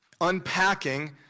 unpacking